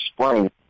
spring